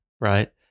right